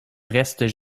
restent